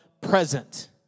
present